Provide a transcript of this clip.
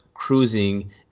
cruising